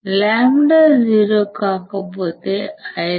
λ 0 కాకపోతే Io